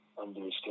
Understand